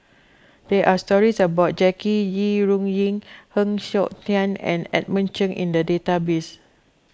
there are stories about Jackie Yi Ru Ying Heng Siok Tian and Edmund Cheng in the database